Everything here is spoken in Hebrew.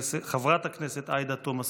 חברת הכנסת עאידה תומא סלימאן.